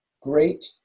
great